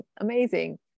Amazing